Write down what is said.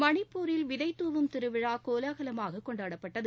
மணிப்பூரில் விதை தூவும் திருவிழா கோலகலமாக கொண்டாடப்பட்டது